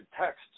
texts